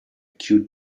cute